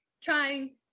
trying